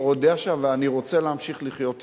ואני רוצה להמשיך לחיות אתם.